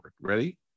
ready